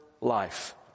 life